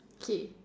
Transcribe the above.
K